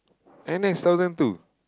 N_S thousand two